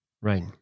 Right